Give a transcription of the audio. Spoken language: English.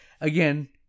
Again